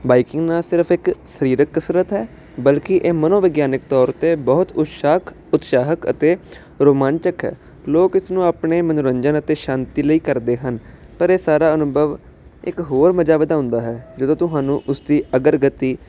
biking ਨਾ ਸਿਰਫ ਇੱਕ ਸਰੀਰਕ ਕਸਰਤ ਹੈ ਬਲਕਿ ਇਹ ਮਨੋਵਿਗਿਆਨਿਕ ਤੌਰ 'ਤੇ ਬਹੁਤ ਉਤਸ਼ਾਹਕ ਉਤਸ਼ਾਹਕ ਅਤੇ ਰੋਮਾਂਚਕ ਹੈ ਲੋਕ ਇਸਨੂੰ ਆਪਣੇ ਮਨੋਰੰਜਨ ਅਤੇ ਸ਼ਾਂਤੀ ਲਈ ਕਰਦੇ ਹਨ ਪਰ ਇਹ ਸਾਰਾ ਅਨੁਭਵ ਇੱਕ ਹੋਰ ਮਜ਼ਾ ਵਧਾਉਂਦਾ ਹੈ ਜਦੋਂ ਤੁਹਾਨੂੰ ਉਸਦੀ ਅਗਰ ਗਤੀ